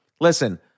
listen